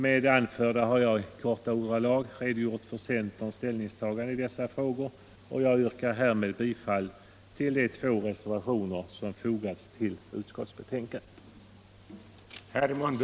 Med det anförda har jag i korta ordalag redogjort för centerns ställningstagande i dessa frågor, och jag yrkar härmed bifall till de två reservationer som fogats till utskottets betänkande.